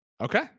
Okay